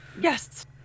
Yes